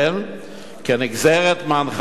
כנגזרת מהנחיה זו,